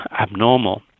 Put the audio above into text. abnormal